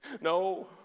No